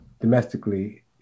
domestically